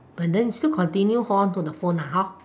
but then still continue hold on to the phone lah hor